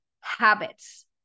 habits